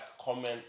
comment